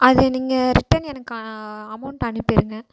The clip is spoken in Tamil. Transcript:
அது நீங்கள் ரிட்டன் எனக்கு அமவுண்ட் அனுப்பிடுங்க